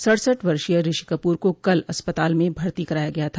सड़सठ वर्षीय ऋषि कपूर को कल अस्पताल में भर्ती कराया गया था